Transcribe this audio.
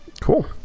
cool